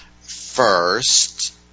first